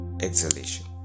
exhalation